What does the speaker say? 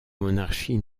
monarchie